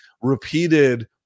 repeated